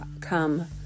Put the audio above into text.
come